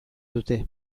dute